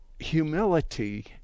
Humility